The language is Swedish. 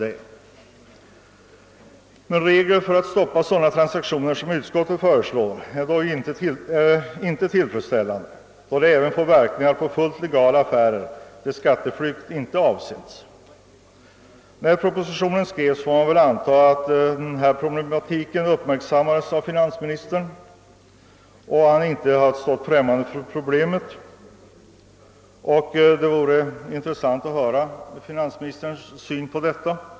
Men de regler som utskottet föreslår är inte tillfredsställande, då de även får verkningar på fullt legala affärer som inte tillkommit för att möjliggöra skatteflykt. Man får väl anta att denna problematik uppmärksammades av finansministern då propositionen skrevs. Det vore intressant att höra finansministerns syn på problemet.